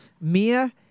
Mia